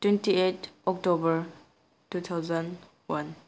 twenty eight October two thousand one